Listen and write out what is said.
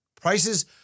Prices